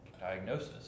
diagnosis